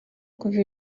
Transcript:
kuva